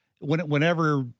whenever –